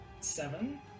Seven